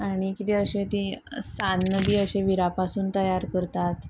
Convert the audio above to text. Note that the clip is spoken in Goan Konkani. आनी कितें अशें ती सान्न बी अशें विरा पासून तयार करतात